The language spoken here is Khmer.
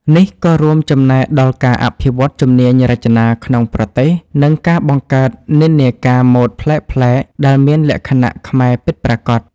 នេះក៏រួមចំណែកដល់ការ អភិវឌ្ឍន៍ជំនាញរចនា ក្នុងប្រទេស និងការបង្កើត និន្នាការម៉ូដប្លែកៗ ដែលមានលក្ខណៈខ្មែរពិតប្រាកដ។